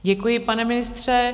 Děkuji, pane ministře.